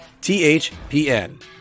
THPN